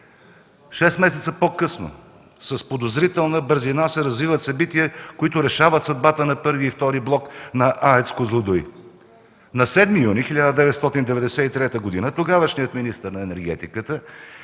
Шест месеца по-късно с подозрителна бързина се развиват събития, които решават съдбата на І и ІІ блок на АЕЦ „Козлодуй”. На 7 юни 1993 г. тогавашният министър на енергетиката